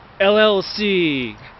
llc